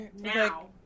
now